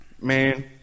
Man